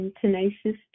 Tenacious